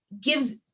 gives